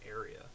area